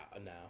no